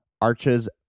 Arches